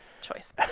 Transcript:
choice